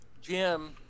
Jim